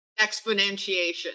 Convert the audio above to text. exponentiation